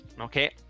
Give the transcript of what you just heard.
okay